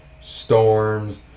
storms